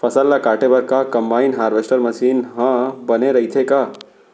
फसल ल काटे बर का कंबाइन हारवेस्टर मशीन ह बने रइथे का?